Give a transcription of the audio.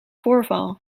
voorval